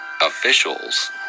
officials